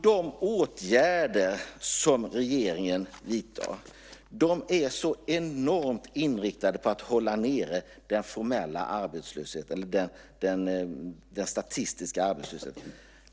De åtgärder som regeringen vidtar är så enormt inriktade på att hålla nere den statistiska arbetslösheten.